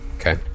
Okay